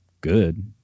good